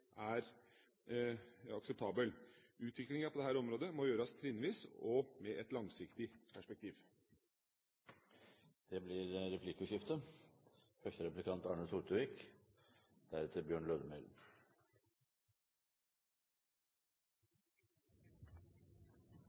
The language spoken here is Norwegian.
er akseptabel. Utviklingen på dette området må gjøres trinnvis og med et langsiktig perspektiv. Det blir replikkordskifte.